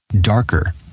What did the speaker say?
darker